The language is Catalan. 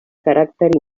caràcter